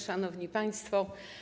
Szanowni Państwo!